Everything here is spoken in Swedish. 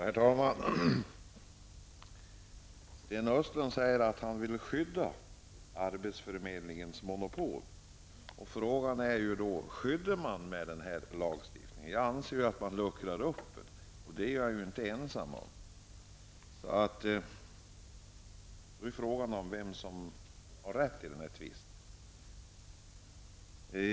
Herr talman! Sten Östlund säger att han vill skydda arbetsförmedlingsmonopolet. Frågan är: Skyddar man det med den föreslagna lagstiftningen? Jag anser att man luckrar upp det, och det är jag inte ensam om. Nu är frågan vem som har rätt i denna tvist.